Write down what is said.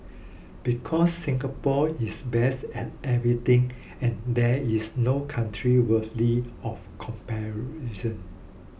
because Singapore is best at everything and there is no country worthy of comparison